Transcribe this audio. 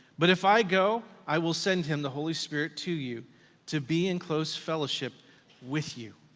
but if i go, i will send him, the holy spirit, to you to be in close fellowship with you.